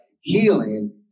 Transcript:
healing